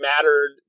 mattered